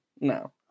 no